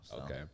Okay